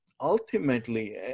ultimately